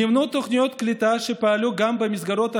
נבנו תוכניות קליטה שפעלו גם במסגרות החינוך,